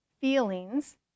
feelings